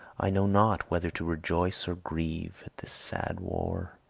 i know not whether to rejoice or grieve at this sad war.